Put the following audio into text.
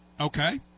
Okay